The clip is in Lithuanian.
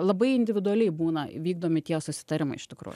labai individualiai būna vykdomi tie susitarimai iš tikrųjų